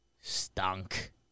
Stunk